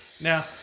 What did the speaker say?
Now